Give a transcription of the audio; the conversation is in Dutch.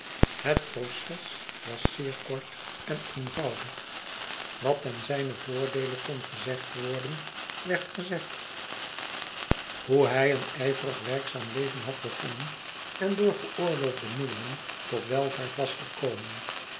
het proces was zeer kort en eenvoudig wat ten zynen voordeele kon gezegd worden werd gezegd hoe hij een ijverig werkzaam leven had begonnen en door geoorloofde middelen tot welvaart was gekomen